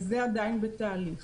זה עדיין בתהליך.